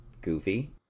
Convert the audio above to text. goofy